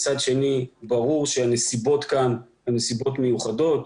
מצד שני ברור שהנסיבות כאן הן נסיבות מיוחדות,